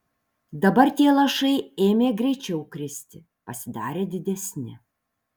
dabar tie lašai ėmė greičiau kristi pasidarė didesni